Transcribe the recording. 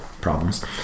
problems